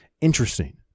Interesting